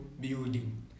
building